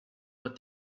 what